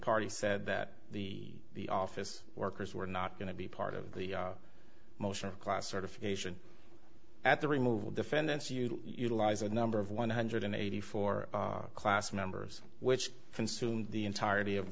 party said that the the office workers were not going to be part of the motion of class certification at the removal defendants you utilize a number of one hundred eighty four class members which consumed the entirety of